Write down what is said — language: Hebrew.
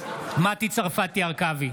מטי צרפתי הרכבי,